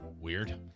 Weird